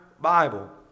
Bible